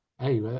Hey